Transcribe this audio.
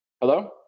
hello